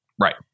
Right